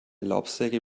laubsäge